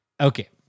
Okay